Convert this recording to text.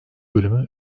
bölümü